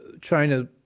China